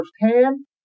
firsthand